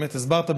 באמת הסברת,